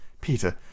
Peter